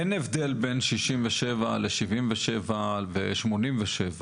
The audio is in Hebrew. אין הבדל בין 1967 ל-1977 ול-1987,